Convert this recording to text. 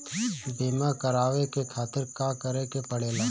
बीमा करेवाए के खातिर का करे के पड़ेला?